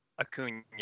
Acuna